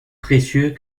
précieux